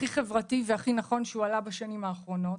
הכי חברתי והכי נכון שהועלה בשנים האחרונות.